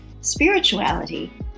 spirituality